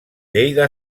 lleida